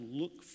look